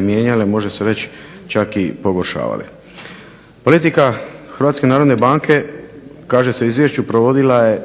mijenjale može se reći čak i pogoršavale. Politika HNB-a provodila je